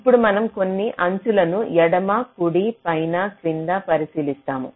ఇప్పుడు మనం కొన్ని అంచు లను ఎడమ కుడి పైన కింద పరిశీలిస్తాము